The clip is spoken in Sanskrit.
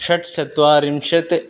षट् चत्वारिंशत्